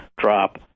drop